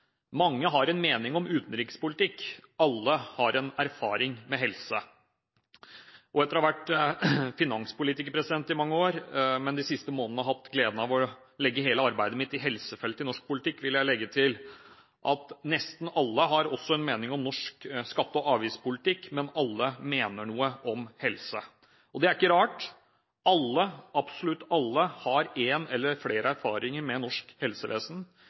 mange år, men de siste månedene har hatt gleden av å legge hele arbeidet mitt i helsefeltet i norsk politikk, vil jeg legge til: Nesten alle har en mening om norsk skatte- og avgiftspolitikk. Alle mener noe om helse. Det er ikke rart. Alle – absolutt alle – har en eller flere erfaringer med norsk helsevesen.